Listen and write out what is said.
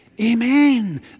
Amen